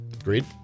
Agreed